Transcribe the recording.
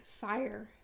fire